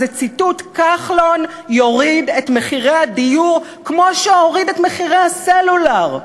וזה ציטוט: כחלון יוריד את מחירי הדיור כמו שהוריד את מחירי הסלולר.